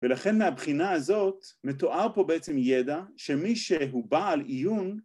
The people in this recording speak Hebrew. ולכן מהבחינה הזאת מתואר פה בעצם ידע שמי שהוא בעל עיון